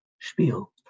spiel